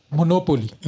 monopoly